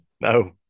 No